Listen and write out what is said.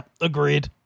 agreed